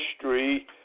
history